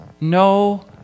no